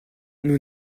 nous